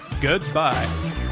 goodbye